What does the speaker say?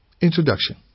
Introduction